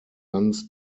ganz